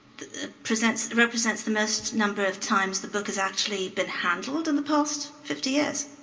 represents represents the most number of times the book has actually been handled in the past fifty years.